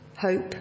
hope